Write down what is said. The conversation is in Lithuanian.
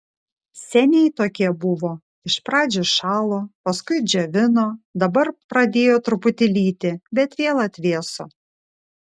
seniai tokie buvo iš pradžių šalo paskui džiovino dabar pradėjo truputį lyti bet vėl atvėso